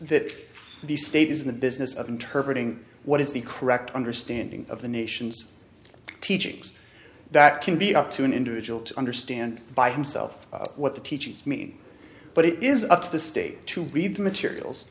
t the state is in the business of interpret what is the correct understanding of the nation's teachings that can be up to an individual to understand by himself what the teachings mean but it is up to the states to read the materials